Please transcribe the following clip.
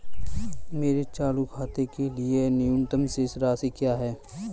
मेरे चालू खाते के लिए न्यूनतम शेष राशि क्या है?